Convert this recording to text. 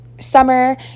summer